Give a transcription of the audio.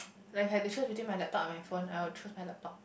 like had the chance within my laptop and my phone I will choose my laptop